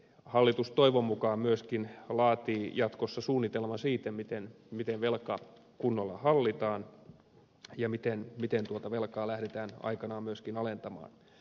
hallitus toivon mukaan myöskin laatii jatkossa suunnitelman siitä miten velka kunnolla hallitaan ja miten tuota velkaa lähdetään aikanaan myöskin alentamaan